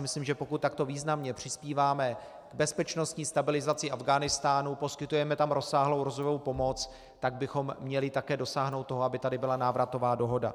Myslím si, že pokud takto významně přispíváme k bezpečnostní stabilizaci Afghánistánu, poskytujeme tam rozsáhlou rozvojovou pomoc, tak bychom měli také dosáhnout toho, aby tady byla návratová dohoda.